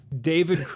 David